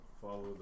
follow